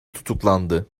tutuklandı